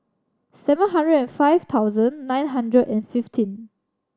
seven hundred and five thousand nine hundred and fifteen